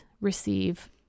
receive